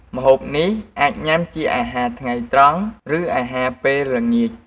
ម្ហូបនេះអាចញុំាជាអាហារថ្ងៃត្រង់ ឬអាហារពេលល្ងាច។